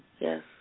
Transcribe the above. Yes